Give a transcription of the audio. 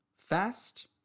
fast